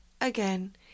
Again